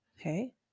Okay